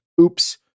Oops